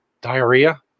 diarrhea